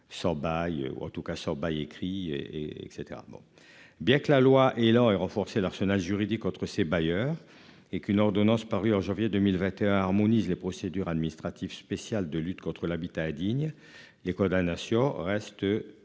sans bail ou en tout cas son bail écrit et et caetera, bon bien que la loi et et renforcer l'arsenal juridique entre ses bailleurs et qu'une ordonnance parue en janvier 2021 harmonise les procédures administratives spéciales de lutte contre l'habitat indigne les condamnations restent